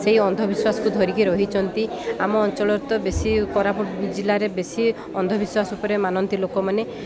ସେଇ ଅନ୍ଧବିଶ୍ୱାସକୁ ଧରିକି ରହିଛନ୍ତି ଆମ ଅଞ୍ଚଳର ତ ବେଶୀ କୋରାପୁଟ ଜିଲ୍ଲାରେ ବେଶୀ ଅନ୍ଧବିଶ୍ୱାସ ଉପରେ ମାନନ୍ତି ଲୋକମାନେ